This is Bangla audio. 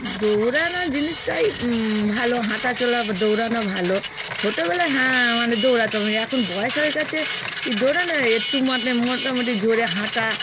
দৌড়ানো জিনিসটাই ভালো হাঁটাচলা বা দৌড়ানো ভালো ছোটোবেলায় হাঁ মানে দৌড়াতাম এখন বয়স হয়ে গেছে কি দৌড়ানো একটু মট মোটামুটি জোরে হাঁটা